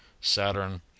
Saturn